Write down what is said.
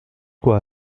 quoi